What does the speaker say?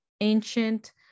ancient